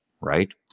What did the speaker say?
right